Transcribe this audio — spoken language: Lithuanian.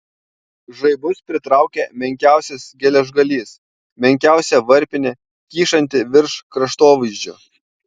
žaibus pritraukia menkiausias geležgalys menkiausia varpinė kyšanti virš kraštovaizdžio